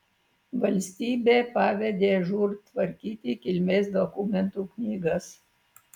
valstybė pavedė žūr tvarkyti kilmės dokumentų knygas